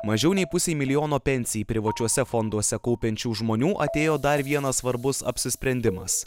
mažiau nei pusei milijono pensijai privačiuose fonduose kaupiančių žmonių atėjo dar vienas svarbus apsisprendimas